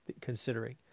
considering